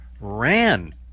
ran